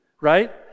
right